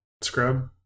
Scrub